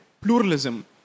pluralism